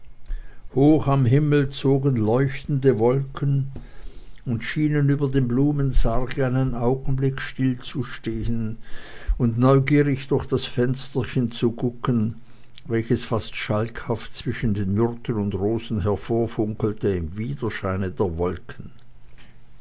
hoch am blauen himmel zogen leuchtende wolken und schienen über dem blumensarge einen augenblick stillzustehen und neugierig durch das fensterchen zu gucken welches fast schalkhaft zwischen den myrten und rosen hervorfunkelte im widerscheine der wolken